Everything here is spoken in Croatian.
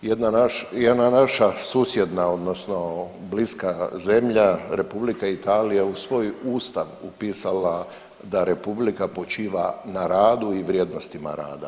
Jedna naša susjedna odnosno bliska zemlja Republika Italija je u svoj ustav upisala da republika počiva na radu i vrijednostima rada.